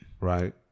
Right